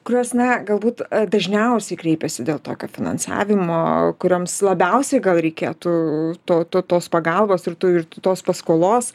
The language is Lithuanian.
kurios na galbūt dažniausiai kreipiasi dėl tokio finansavimo kurioms labiausiai gal reikėtų to to tos pagalbos ir tu ir tu tos paskolos